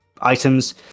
items